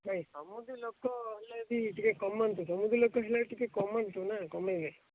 ନାଇ ସମୁଦି ଲୋକ ହେଲେ ବି ଟିକେ କମାନ୍ତୁ ସମୁଦି ଲୋକ ସିନା ଟିକେ କମାନ୍ତୁ ନା କମେଇବେ